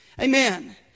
Amen